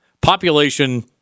population